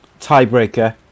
Tiebreaker